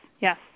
Yes